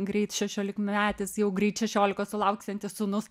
greit šešiolikmetis jau greit šešiolikos sulauksiantis sūnus